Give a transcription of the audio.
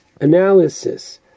analysis